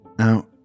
Now